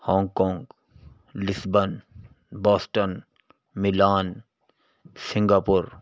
Hong Kong Lisbon Boston Milan Singapore